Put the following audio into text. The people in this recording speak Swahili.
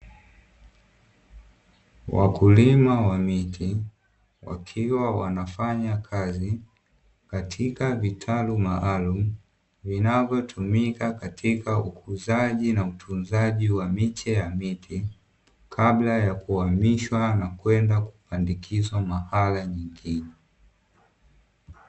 Wakulima wa miti wakiwa wanafanya kazi katika vitalu maalum, vinavyotumika katika ukuzaji na utunzaji wa miche ya miti, kabla ya kuhamishwa na kwenda kupandikizwa mahala pengine.